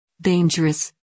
Dangerous